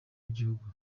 w’igihugu